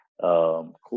Cool